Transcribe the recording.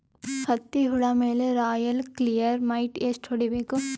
ಹತ್ತಿ ಹುಳ ಮೇಲೆ ರಾಯಲ್ ಕ್ಲಿಯರ್ ಮೈಟ್ ಎಷ್ಟ ಹೊಡಿಬೇಕು?